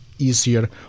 Easier